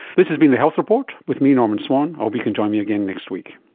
this has been the health report with me, norman swan, hope you can join me again next week